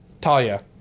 Talia